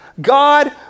God